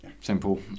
simple